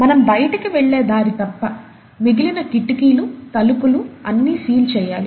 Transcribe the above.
మనం బైటకి వెళ్లే దారి తప్ప మిగిలిన కిటికీలు తలుపులు న్నీ సీల్ చేయాలి